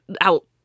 out